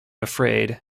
afraid